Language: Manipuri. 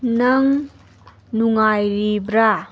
ꯅꯪ ꯅꯨꯡꯉꯥꯏꯔꯤꯕ꯭ꯔꯥ